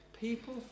people